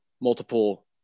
Multiple